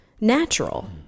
natural